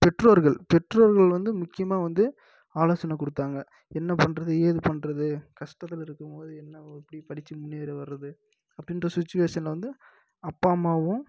பெற்றோர்கள் பெற்றோர்கள் வந்து முக்கியமாக வந்து ஆலோசனை கொடுத்தாங்க என்ன பண்ணுறது எது பண்ணுறது கஷ்டத்துல இருக்கும் போது என்ன எப்படி படிச்சு முன்னேறி வரது அப்படின்ற சுச்சுவேஷனில் வந்து அப்பா அம்மாவும்